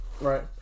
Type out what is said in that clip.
Right